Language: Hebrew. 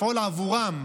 לפעול עבורם,